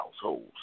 households